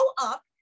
up